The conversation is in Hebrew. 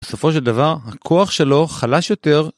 בסופו של דבר הכוח שלו חלש יותר